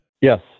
Yes